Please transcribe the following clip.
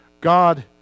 God